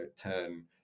turn